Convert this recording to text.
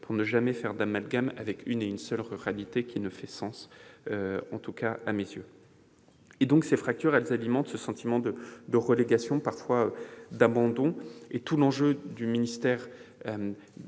pour ne jamais faire d'amalgame avec une seule ruralité, qui ne fait pas sens, en tout cas pas à mes yeux. Ces fractures alimentent le sentiment de relégation, et parfois d'abandon. Tout l'enjeu du ministère